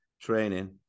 Training